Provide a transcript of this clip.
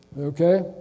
okay